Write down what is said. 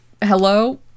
hello